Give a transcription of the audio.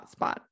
hotspot